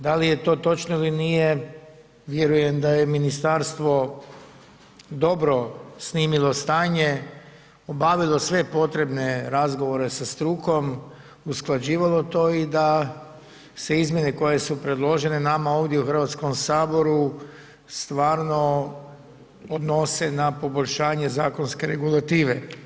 Da li je to točno ili nije, vjerujem da je ministarstvo dobro snimilo stanje, obavilo sve potrebne razgovore sa strukom, usklađivalo to i da se izmjene koje su predložene nama ovdje u HS-u stvarno odnose na poboljšanje zakonske regulative.